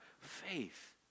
faith